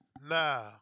Nah